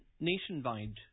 nationwide